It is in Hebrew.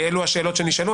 אלו השאלות שנשאלו.